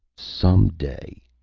some day,